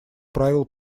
правил